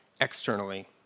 externally